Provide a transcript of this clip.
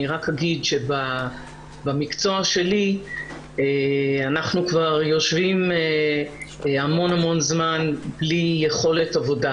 אני רק אגיד שבמקצוע שלי אנחנו כבר יושבים המון זמן בלי יכולת עבודה.